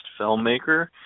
filmmaker